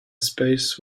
space